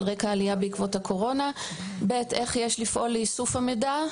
על רקע העלייה בעקבות הקורונה?; (ב) איך יש לפעול לאיסוף המידע?